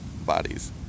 bodies